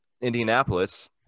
Indianapolis